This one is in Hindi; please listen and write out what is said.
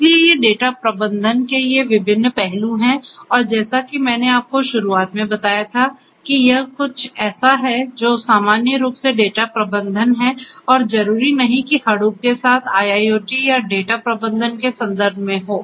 इसलिए ये डेटा प्रबंधन के ये विभिन्न पहलू हैं और जैसा कि मैंने आपको शुरुआत में बताया था कि यह कुछ ऐसा है जो सामान्य रूप से डेटा प्रबंधन है और जरूरी नहीं कि Hadoop के साथ IIoT या डेटा प्रबंधन के संदर्भ में हो